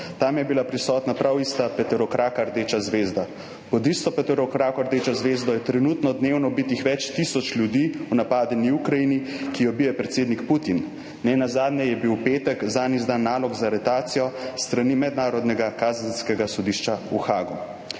Tam je bila prisotna prav ista peterokraka rdeča zvezda. Pod isto peterokrako rdečo zvezdo je trenutno dnevno bitih več tisoč ljudi v napadeni Ukrajini, ki jo bije predsednik Putin. Nenazadnje je bil v petek zanj izdan nalog za aretacijo s strani Mednarodnega kazenskega sodišča v Haagu.